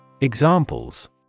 Examples